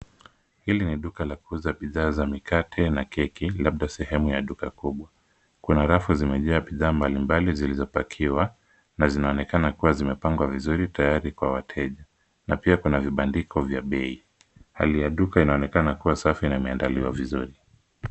Hili ni duka la kuuza bidhaa za mikate na keki, labda sehemu ya duka kubwa. Kuna rafu zimejaa bidhaa mbalimbali zilizopakiwa na zinaonekana kuwa zimepangwa vizuri tayari kwa wateja, na pia kuna vibandiko vya bei. Hali ya duka linaonekana kuwa safi na limeandaliwa vizuri.